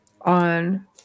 on